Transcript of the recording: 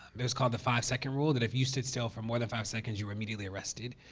it was called the five second rule, that if you stood still for more than five seconds, you were immediately arrested.